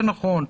זה נכון.